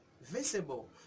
visible